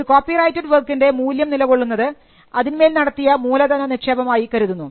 ഒരു copyrighted വർക്കിൻറെ മൂല്യം നിലകൊള്ളുന്നത് അതിന്മേൽ നടത്തിയ മൂലധനനിക്ഷേപം ആയി കരുതുന്നു